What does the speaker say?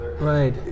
right